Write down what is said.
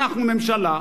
אנחנו ממשלה,